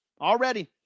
Already